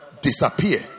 disappear